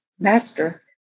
master